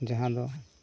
ᱡᱟᱦᱟᱸ ᱫᱚ